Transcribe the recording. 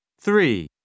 Three